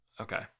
okay